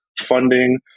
funding